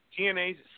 TNA's